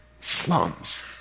slums